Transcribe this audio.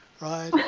right